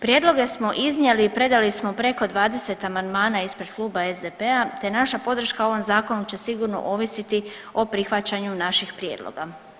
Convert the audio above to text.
Prijedloge smo iznijeli i predali smo preko 20 amandmana ispred Kluba SDP-a te naša podrška ovom zakonu će sigurno ovisiti o prihvaćanju naših prijedloga.